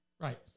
Right